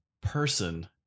person